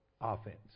offense